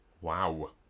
wow